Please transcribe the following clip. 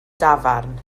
dafarn